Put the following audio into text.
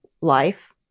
life